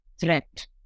threat